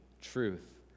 truth